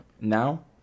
Now